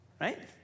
Right